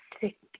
sick